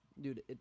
Dude